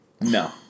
No